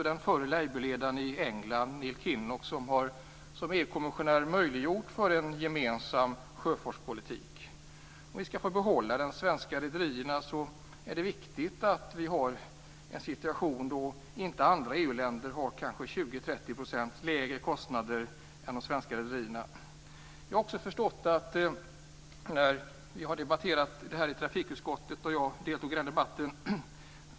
Den förre Labourledaren i England, Neil Kinnock, har som EU-kommissonär möjliggjort en gemensam sjöfartspolitik. Om vi skall få behålla de svenska rederierna är det viktigt att vi har en situation då andra EU-länder inte har kanske 20-30 % lägre kostnader än de svenska rederierna. Vi har debatterat detta i trafikutskottet, och jag deltog i den debatten.